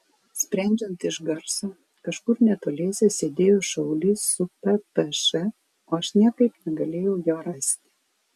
sprendžiant iš garso kažkur netoliese sėdėjo šaulys su ppš o aš niekaip negalėjau jo rasti